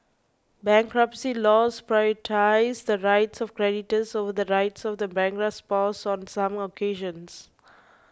bankruptcy laws prioritise the rights of creditors over the rights of the bankrupt's spouse on some occasions